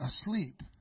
asleep